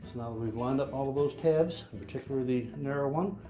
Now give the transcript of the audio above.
we've lined up all of those tabs, particularly the narrow one,